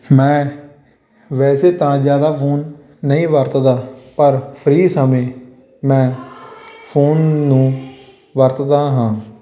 ਮੈਂ ਵੈਸੇ ਤਾਂ ਜ਼ਿਆਦਾ ਫੋਨ ਨਹੀਂ ਵਰਤਦਾ ਪਰ ਫਰੀ ਸਮੇਂ ਮੈਂ ਫੋਨ ਨੂੰ ਵਰਤਦਾ ਹਾਂ